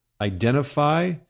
identify